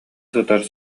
сытар